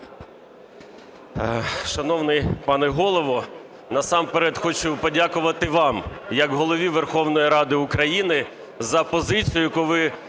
Шановний пане Голово, насамперед хочу подякувати вам як Голові Верховної Ради України за позицію, яку ви